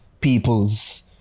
peoples